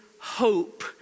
hope